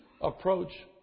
approach